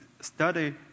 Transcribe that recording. study